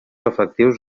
efectius